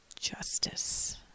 justice